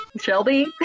Shelby